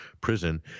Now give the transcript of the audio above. prison